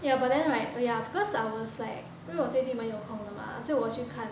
ya but then right yeah of course I was like 因为我最近蛮有空的 mah 所以我去看